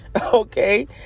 okay